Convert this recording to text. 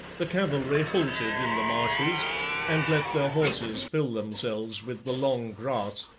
the cavalry halted in the marshes and let their horses fill themselves with the long grass,